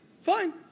Fine